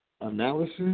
Analysis